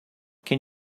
can